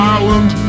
Island